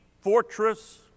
fortress